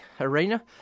arena